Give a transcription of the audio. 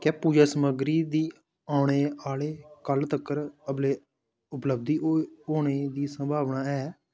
क्या पूजा समग्गरी दी औने आह्ले कल तकर उप उपलब्धी होने दी संभावना ऐ